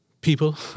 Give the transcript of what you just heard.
people